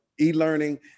e-learning